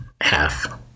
half